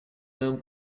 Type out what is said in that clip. known